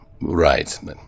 right